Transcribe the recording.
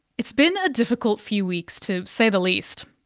it's been a difficult few weeks, to say the least.